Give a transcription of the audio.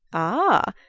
ah,